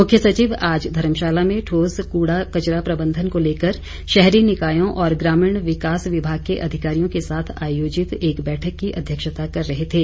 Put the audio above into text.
मुख्य सचिव आज धर्मशाला में ठोस कूड़ा कचरा प्रबंधन को लेकर शहरी निकायों और ग्रामीण विकास विभाग के अधिकारियों के साथ आयोजित एक बैठक की अध्यक्षता कर रहे थे